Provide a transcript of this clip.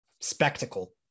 spectacle